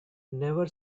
never